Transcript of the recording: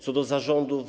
Co do zarządów.